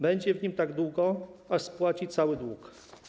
Będzie w nim tak długo, aż spłaci cały dług.